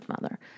mother